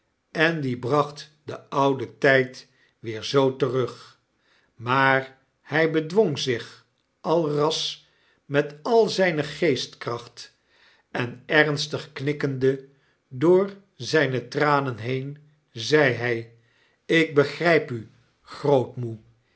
en die bracht den ouden tfl-d weer zoo terug maar hy bedwong zich alras met al zyne geestkracht en ernstig knikkende door zyne tranen heen zei hij ik begrijp u grootmoe